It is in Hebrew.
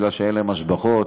כי אין להן השבחות.